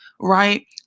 right